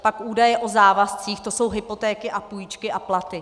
Pak údaje o závazcích, to jsou hypotéky a půjčky a platy.